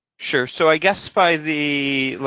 sure. so i guess by the, like,